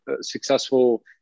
successful